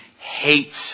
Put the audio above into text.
hates